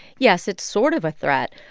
yes, it's sort of a threat.